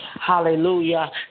Hallelujah